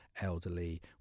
elderly